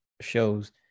shows